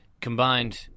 combined